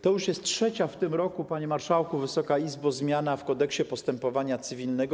To już jest trzecia w tym roku, panie marszałku, Wysoka Izbo, zmiana w Kodeksie postępowania cywilnego.